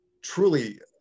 truly